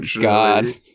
God